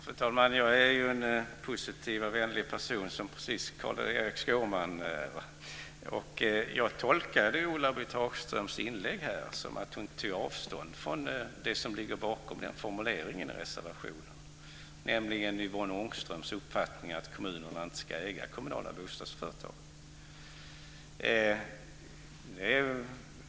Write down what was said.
Fru talman! Jag är en positiv och vänlig person, precis som Carl-Erik Skårman. Jag tolkar Ulla-Britt Hagströms inlägg så att hon tar avstånd från det som ligger bakom formuleringen i reservationen, nämligen Yvonne Ångströms uppfattning om att kommunerna inte ska äga kommunala bostadsföretag.